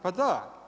Pa da!